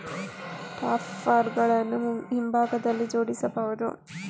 topper ಗಳನ್ನು ಹಿಂಭಾಗದಲ್ಲಿ ಜೋಡಿಸಬಹುದು